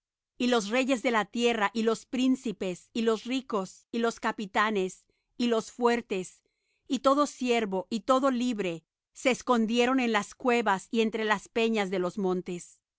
y los reyes de la tierra y los príncipes y los ricos y los capitanes y los fuertes y todo siervo y todo libre se escondieron en las cuevas y entre las peñas de los montes